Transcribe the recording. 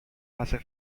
hace